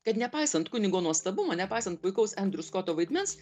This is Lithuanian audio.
kad nepaisant kunigo nuostabumo nepaisant puikaus endriu skoto vaidmens